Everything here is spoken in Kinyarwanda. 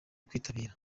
kwitabira